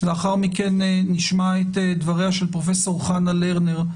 לאחר מכן נשמע את דבריה של פרופ' חנה לרנר,